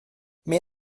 mir